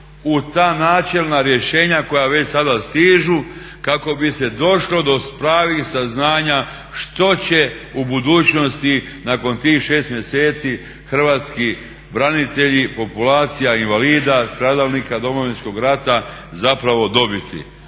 u ta načelna rješenja koja već sada stižu kako bi se došlo do pravih saznanja što će u budućnosti nakon tih 6 mjeseci Hrvatski branitelji, populacija invalida, stradalnika Domovinskog rata zapravo dobiti